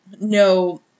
no